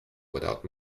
without